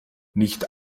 nicht